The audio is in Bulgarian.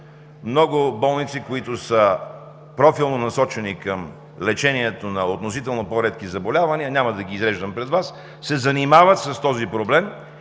Много болници, които са профилно насочени към лечението на относително по-редки заболявания, няма да ги изреждам пред Вас, се занимават с този проблем